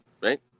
right